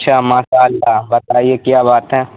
اچھا ماشاء اللہ بتائیے کیا بات ہے